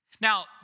Now